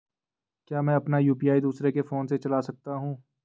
क्या मैं अपना यु.पी.आई दूसरे के फोन से चला सकता हूँ?